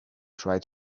try